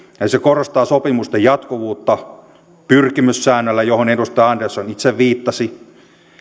se korostaa sopimusten jatkuvuutta pyrkimyssäännöllä johon edustaja andersson itse viittasi